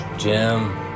Jim